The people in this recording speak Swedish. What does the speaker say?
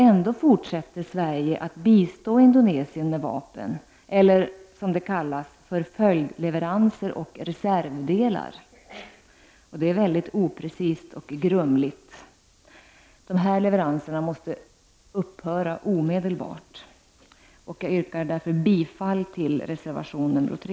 Ändå fortsätter Sverige att bistå Indonesien med vapen eller, som det heter, följdleveranser och reservdelar. Det är mycket oprecist och grumligt. Dessa leveranser måste upphöra omedelbart. Jag yrkar därför bifall till reservation nr 3.